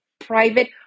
private